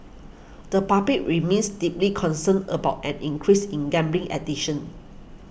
the public remains deeply concerned about an increase in gambling addiction